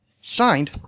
Signed